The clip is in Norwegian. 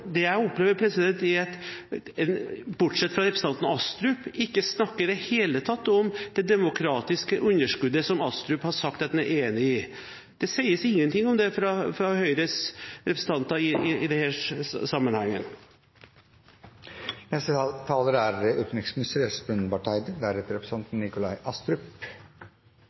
det jeg opplever, er at man – bortsett fra representanten Astrup – i det hele tatt ikke snakker om det demokratiske underskuddet som Astrup har sagt at han er enig i. Det sies ingenting om det fra Høyres representanter i